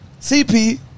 CP